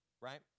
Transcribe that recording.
right